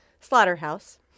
slaughterhouse